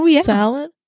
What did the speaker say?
salad